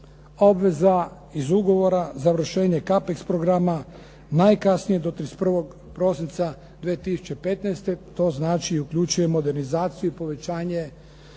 Obveza iz ugovora, završenje Kapex programa najkasnije do 31. prosinca 2015., to znači uključuje modernizaciju i povećanje